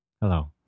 Hello